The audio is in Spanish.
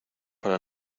para